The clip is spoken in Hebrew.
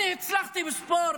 הינה, הצלחתי בספורט,